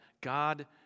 God